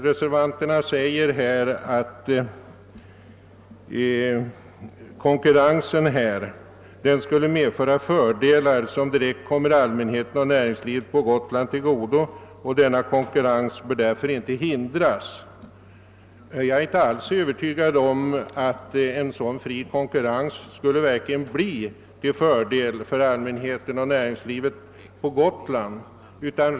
Reservanterna säger att konkurrensen skulle medföra fördelar, som direkt komme allmänheten och näringslivet på Gotland till godo, och att denna konkurrens därför inte bör hindras. Jag är inte alls övertygad om att en sådan fri konkurrens verkligen skulle bli till fördel för allmänheten och näringslivet på Gotland.